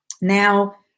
now